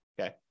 Okay